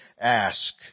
Ask